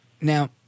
Now